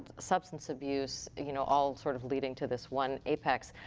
substance abuse. you know all sort of leading to this one apex.